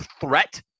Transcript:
threat